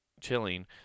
chilling